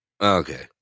okay